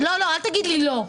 אל תגיד לי לא.